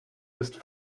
ist